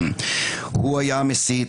-- הוא היה המסית,